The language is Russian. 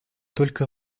только